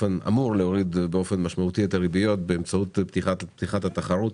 הוא אמור להוריד באופן משמעותי את הריביות באמצעות פתיחת התחרות.